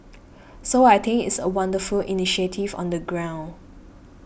so I think it's a wonderful initiative on the ground